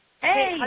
hey